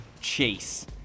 Chase